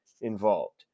involved